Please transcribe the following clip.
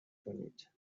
کنید